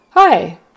Hi